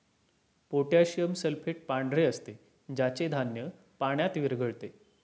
potassium sulphate पांढरे असते ज्याचे धान्य पाण्यात विरघळते